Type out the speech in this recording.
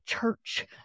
church